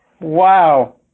Wow